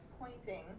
pointing